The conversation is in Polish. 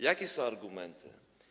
Jakie są argumenty?